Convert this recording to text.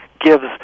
gives